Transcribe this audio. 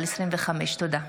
תודה רבה.